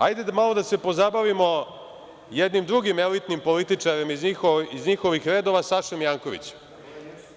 Hajde malo da se pozabavimo jednim drugim elitnim političarem iz njihovih redova, Sašom Janković,